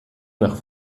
nach